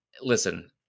Listen